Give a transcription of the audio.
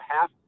half